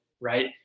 Right